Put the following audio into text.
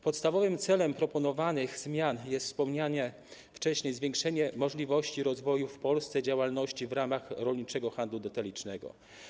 Podstawowym celem proponowanych zmian jest wspomniane wcześniej zwiększenie możliwości rozwoju w Polsce działalności w ramach rolniczego handlu detalicznego.